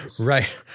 right